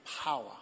Power